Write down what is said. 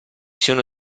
sono